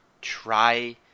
try